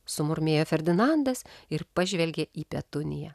sumurmėjo ferdinandas ir pažvelgė į petuniją